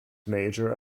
major